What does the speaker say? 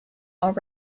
are